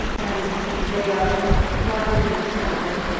and they are why do things happen,